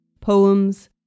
Poems